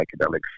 psychedelics